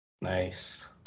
nice